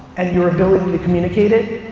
and your ability to communicate it,